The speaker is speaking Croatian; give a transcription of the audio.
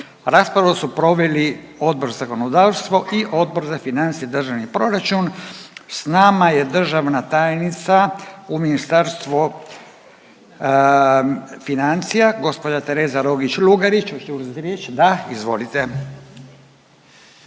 Raspravu su proveli Odbor za zakonodavstvo i Odbor za financije i državni proračun. S nama je državna tajnica u Ministarstvo financija, gđa Tereta Rogić Lugarić, hoćete